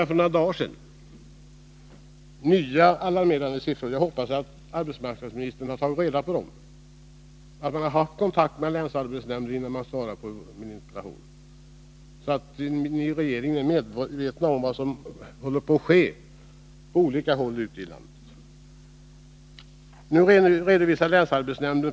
För några dagar sedan kom det nya alarmerande siffror. Jag hoppas att arbetsmarknadsministern har haft kontakt med länsarbetsnämnden i Skaraborgs län och att ni i regeringen är medvetna om vad som håller på att ske i Skaraborgs län och även på andra håll ute i landet.